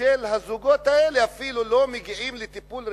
של הזוגות האלה אפילו לא מגיעים לטיפול רפואי,